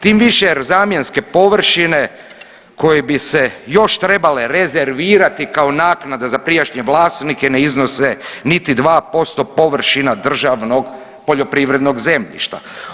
Tim više jer zamjenske površine koje bi se još trebale rezervirati kao naknada za prijašnje vlasnike ne iznose niti 2% površina državnog poljoprivrednog zemljišta.